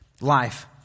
life